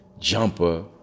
Jumper